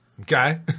Okay